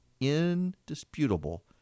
indisputable